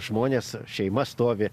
žmones šeima stovi